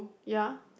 ya